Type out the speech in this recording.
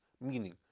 meaning